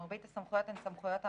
מרבית הסמכויות הן סמכויות הממשלה,